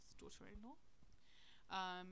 daughter-in-law